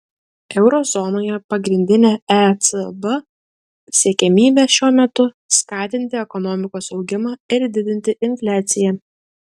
euro zonoje pagrindinė ecb siekiamybė šiuo metu skatinti ekonomikos augimą ir didinti infliaciją